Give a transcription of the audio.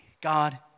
God